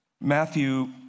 Matthew